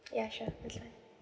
ya sure it's fine